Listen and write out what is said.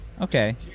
Okay